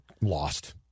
lost